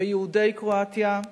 ביהודי קרואטיה,